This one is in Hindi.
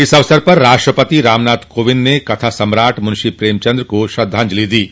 इस अवसर पर राष्ट्रपति रामनाथ कोविन्द ने कथा सम्राट मुंशी प्रेमचंद को श्रद्धांजलि दी है